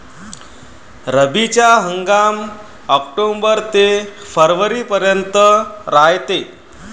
रब्बीचा हंगाम आक्टोबर ते फरवरीपर्यंत रायते